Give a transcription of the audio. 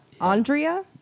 Andrea